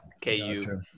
K-U